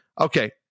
Okay